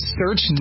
search